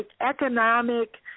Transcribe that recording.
economic